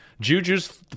Juju's